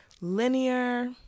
linear